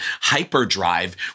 hyperdrive